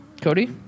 Cody